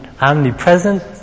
omnipresent